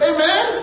Amen